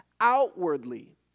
outwardly